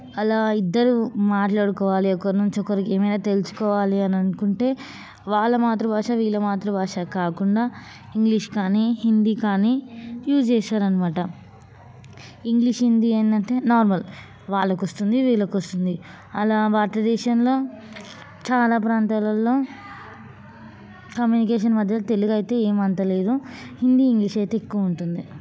అలా ఇద్దరు మాట్లాడుకోవాలి ఒకరి నుంచి ఒకరికి ఏమైనా తెలుసుకోవాలి అని అనుకుంటే వాళ్ళ మాతృభాష వీళ్ళ మాతృభాష కాకుండా ఇంగ్లీష్ కానీ హిందీ కానీ యూజ్ చేస్తారు అన్నమాట ఇంగ్లీష్ హిందీ ఏంటంటే నార్మల్ వాళ్ళకి వస్తుంది వీళ్ళకి వస్తుంది అలా భారత దేశంలో చాలా ప్రాంతాలలో కమ్యూనికేషన్ మధ్యలో తెలుగు అయితే ఏమీ అంత లేదు హిందీ ఇంగ్లీష్ అయితే ఎక్కువ ఉంటుంది